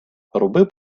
роби